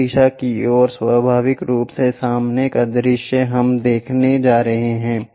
उस दिशा की ओर स्वाभाविक रूप से सामने का दृश्य हम देखने जा रहे हैं